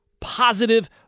positive